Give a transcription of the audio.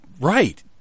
right